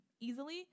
easily